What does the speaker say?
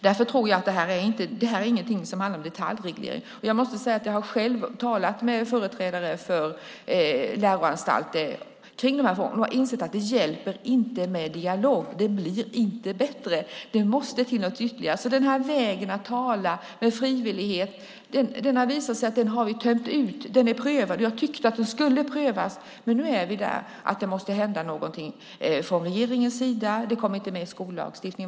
Därför tror jag inte att detta är något som handlar om detaljreglering. Jag har själv talat med företrädare för läroanstalter om de här frågorna och har insett att det inte hjälper med dialog. Det blir inte bättre. Det måste till något ytterligare. Det har visat sig att vi har tömt ut vägen att tala med frivillighet. Den är prövad. Jag tyckte att den skulle prövas, men nu är vi vid en punkt då det måste hända någonting från regeringens sida. Vad jag har förstått kom inte detta med i skollagstiftningen.